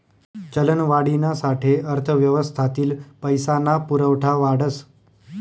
चलनवाढीना साठे अर्थव्यवस्थातील पैसा ना पुरवठा वाढस